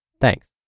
Thanks